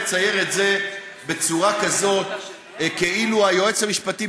לצייר את זה כאילו היועץ המשפטי,